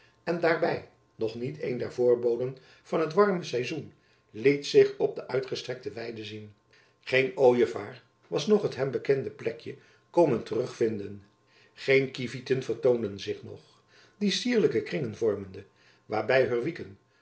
en daarby nog niet een der voorboden van het warme saizoen liet zich op de uitgestrekte weide zien geen ojevaar was nog het hem bekende plekjen komen terug vinden geen kieviten vertoonden zich nog die cierlijke kringen vormende waarby heur wieken